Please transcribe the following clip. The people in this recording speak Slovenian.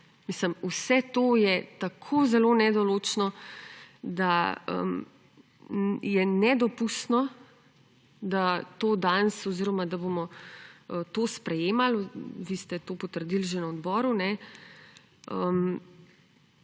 vse to je tako zelo nedoločno, da je nedopustno, da bomo to sprejemali – vi ste to potrdili že na odboru.